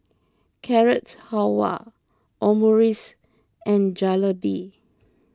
Carrot Halwa Omurice and Jalebi